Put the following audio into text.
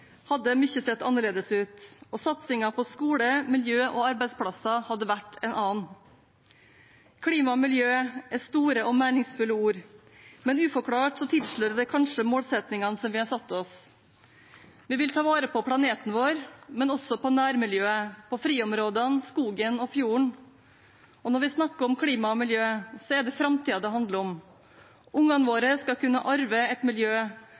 hadde mye sett annerledes ut, og satsingen på skole, miljø og arbeidsplasser hadde vært en annen. Klima og miljø er store og meningsfulle ord, men uforklart tilslører det kanskje målsettingene som vi har satt oss. Vi vil ta vare på planeten vår, men også på nærmiljøet, på friområdene, skogen og fjorden. Når vi snakker om klima og miljø, er det framtiden det handler om. Ungene våre skal kunne arve et miljø